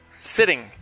sitting